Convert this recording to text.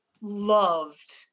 loved